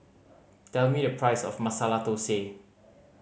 tell me the price of Masala Thosai